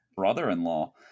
brother-in-law